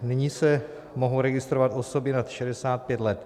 Nyní se mohou registrovat osoby nad 65 let.